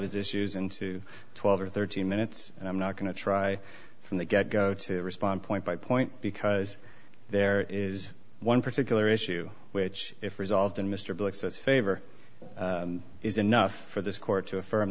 his issues into twelve or thirteen minutes and i'm not going to try from the get go to respond point by point because there is one particular issue which if resolved and mr blix as favor is enough for this court to affirm